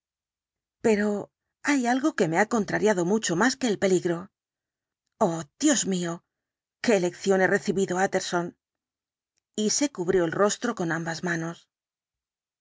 pero hay algo que me ha contrariado mucho más que el peligro oh dios mío qué lección he recibido utterson y se cubrió el rostro con ambas manos